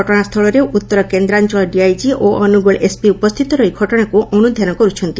ଘଟଣାସ୍ସୁଳରେ ଉତ୍ତର କେନ୍ଦ୍ରାଞ୍ଚଳ ଡିଆଇଜି ଓ ଅନୁଗୁଳ ଏସ୍ପି ଉପସ୍ଥିତ ରହି ଘଟଣାକୁ ଅନୁଧାନ କରୁଛନ୍ତି